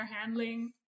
handling